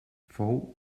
fou